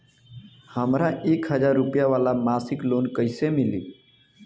हमरा एक हज़ार रुपया वाला मासिक लोन कईसे मिली?